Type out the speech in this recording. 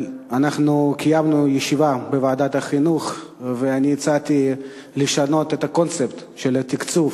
קיימנו ישיבה בוועדת החינוך והצעתי לשנות את הקונספט של התקצוב,